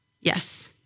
Yes